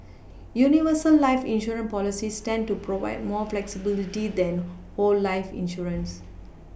universal life insurance policies tend to provide more flexibility than whole life insurance